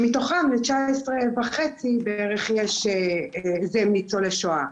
שמתוכם תשעה עשר וחצי זה ניצולי שואה.